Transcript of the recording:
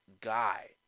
guy